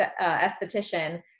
esthetician